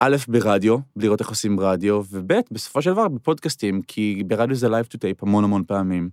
א', ברדיו, לראות איך עושים ברדיו, וב', בסופו של דבר, בפודקאסטים, כי ברדיו זה לייב טו טייפ המון המון פעמים.